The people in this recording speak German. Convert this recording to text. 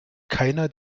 keiner